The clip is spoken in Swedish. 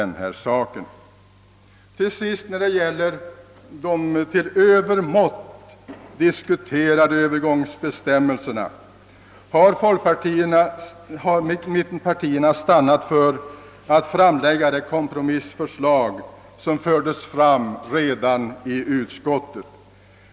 När det vidare gäller de till övermått debatterade övergångsbestämmelserna har mittenpartierna stannat för att framlägga det kompromissförslag som fördes fram redan i utskottet.